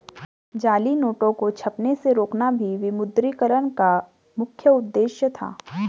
जाली नोटों को छपने से रोकना भी विमुद्रीकरण का मुख्य उद्देश्य था